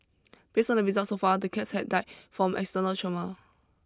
based on the results so far the cats had died from external trauma